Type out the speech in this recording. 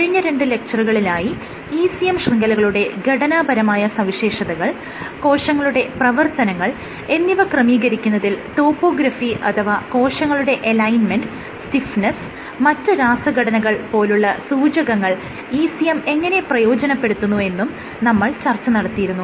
കഴിഞ്ഞ രണ്ട് ലെക്ച്ചറുകളിലായി ECM ശൃംഖലകളുടെ ഘടനാപരമായ സവിശേഷതകൾ കോശങ്ങളുടെ പ്രവർത്തനങ്ങൾ എന്നിവ ക്രമീകരിക്കുന്നതിൽ ടോപ്പോഗ്രാഫി അഥവാ കോശങ്ങളുടെ അലൈൻമെന്റ് സ്റ്റിഫ്നെസ്സ് മറ്റ് രാസഘടനകൾ പോലുള്ള സൂചകങ്ങൾ ECM എങ്ങനെ പ്രയോജനപ്പെടുത്തുന്നു എന്നും നമ്മൾ ചർച്ച നടത്തിയിരുന്നു